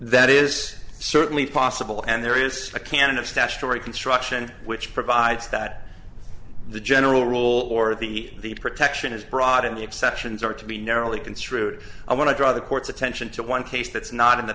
that is certainly possible and there is a canon of statutory construction which provides that the general rule or the protection is brought in the exceptions are to be narrowly construed i want to draw the court's attention to one case that's not in the